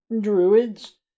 Druids